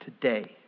today